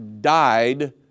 died